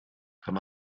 kann